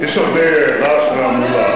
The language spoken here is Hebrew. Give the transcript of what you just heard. יש הרבה רעש והמולה,